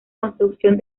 construcción